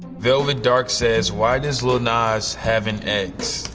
velvet dark says why does lil nas have an x?